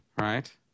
right